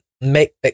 make